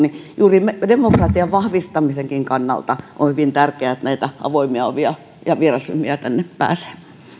juuri demokratian vahvistamisenkin kannalta on hyvin tärkeää että näitä avoimia ovia on ja vierasryhmiä tänne pääsee